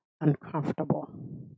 uncomfortable